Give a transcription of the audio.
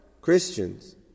Christians